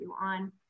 on